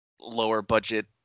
lower-budget